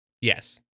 Yes